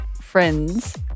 friends